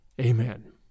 Amen